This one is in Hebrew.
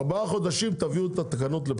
תוך ארבעה חודשים תביאו לפה את התקנות.